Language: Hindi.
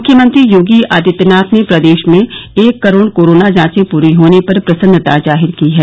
मुख्यमंत्री योगी आदित्यनाथ ने प्रदेश में एक करोड़ कोरोना जांचे पूरी होने पर प्रसन्नता जाहिर की है